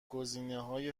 گزینههای